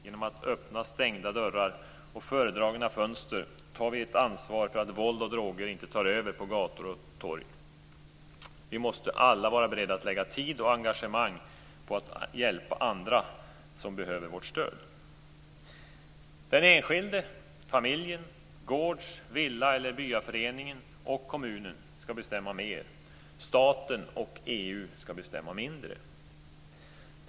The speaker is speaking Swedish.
Genom att öppna stängda dörrar och fördragna fönster tar vi ett ansvar för att våld och droger inte tar över på gator och torg. Vi måste alla vara beredda att lägga tid och engagemang på att hjälpa andra som behöver vårt stöd. Den enskilde, familjen, gårds-, villa eller byaföreningen och kommunen skall bestämma mer. Staten och EU skall bestämma mindre.